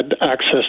access